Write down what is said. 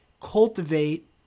cultivate